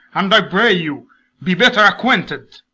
and i pray you be better acquainted.